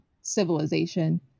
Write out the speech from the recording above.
civilization